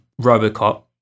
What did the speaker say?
Robocop